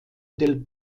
del